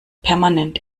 permanent